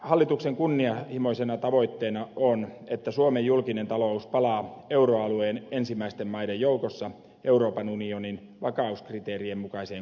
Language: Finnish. hallituksen kunnianhimoisena tavoitteena on että suomen julkinen talous palaa euroalueen ensimmäisten maiden joukossa euroopan unionin vakauskriteerien mukaiseen kuntoon